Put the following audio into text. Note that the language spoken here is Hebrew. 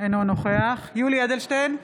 אינו נוכח יולי יואל אדלשטיין,